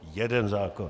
Jeden zákon.